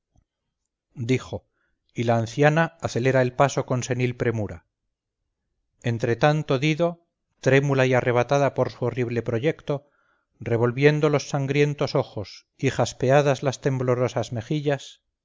dijo y la anciana acelera el paso con senil premura entre tanto dido trémula y arrebatada por su horrible proyecto revolviendo los sangrientos ojos y jaspeadas las temblorosas mejillas